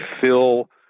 fill